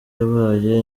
yabaye